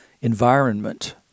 environment